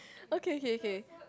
okay okay okay